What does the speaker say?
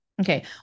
Okay